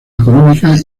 económica